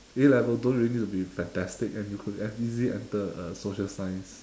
A level don't really need to be fantastic and you could easily enter a social science